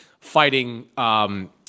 fighting